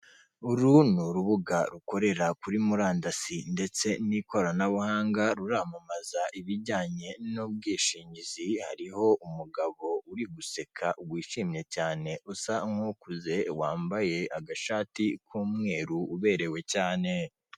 Uru ni urubuga rukorera kuri murandasi ndetse n'ikoranabuhanga ruramamaza ibijyanye n'ubwishingizi, hariho umugabo uri guseka wishimye cyane usa nk'ukuze wambaye agashati k'umweru uberewe cyane.